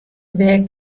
wêr